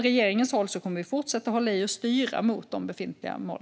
Regeringen kommer att fortsätta hålla i och styra mot befintliga mål.